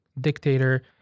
dictator